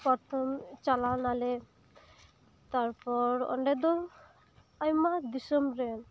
ᱯᱚᱨᱛᱷᱚᱢ ᱪᱟᱞᱟᱣ ᱱᱟᱞᱮ ᱛᱟᱨᱯᱚᱨ ᱚᱸᱰᱮ ᱫᱚ ᱟᱭᱢᱟ ᱫᱤᱥᱚᱢ ᱨᱮᱱ